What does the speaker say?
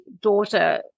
daughter